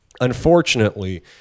unfortunately